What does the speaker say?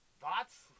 Thoughts